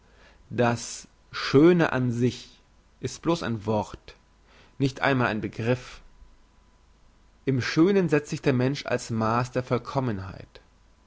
das schöne an sich ist bloss ein wort nicht einmal ein begriff im schönen setzt sich der mensch als maass der vollkommenheit